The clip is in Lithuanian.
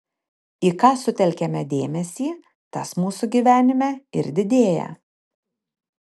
į ką sutelkiame dėmesį tas mūsų gyvenime ir didėja